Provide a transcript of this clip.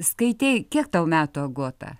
skaitei kiek tau metų agota